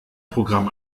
programm